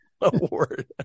award